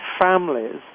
families